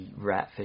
Ratfish